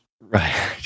Right